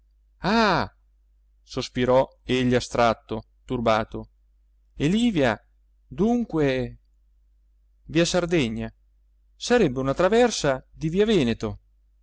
sospirò egli astratto turbato e livia dunque via sardegna sarebbe una traversa di via veneto